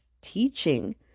teaching